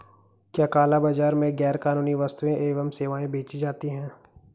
क्या काला बाजार में गैर कानूनी वस्तुएँ एवं सेवाएं बेची जाती हैं?